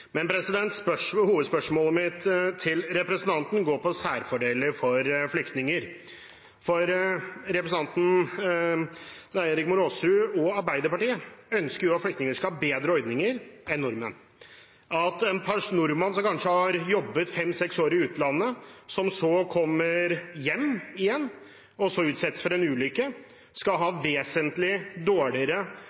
men vi har foretatt fornuftige og riktige justeringer, som riktignok er mer moderate enn det Arbeiderpartiets nestleder selv foreslo. Hovedspørsmålet mitt til representanten går på særfordeler for flyktninger. For representanten Rigmor Aasrud og Arbeiderpartiet ønsker jo at flyktninger skal ha bedre ordninger enn nordmenn, at en nordmann som kanskje har jobbet fem–seks år i utlandet, som kommer hjem igjen og så utsettes for